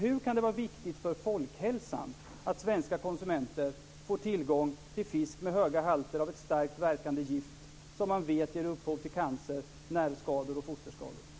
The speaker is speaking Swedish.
Hur kan det vara viktigt för folkhälsan att svenska konsumenter får tillgång till fisk med höga halter av ett starkt verkande gift, som man vet ger upphov till cancer, nervskador och fosterskador?